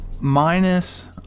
minus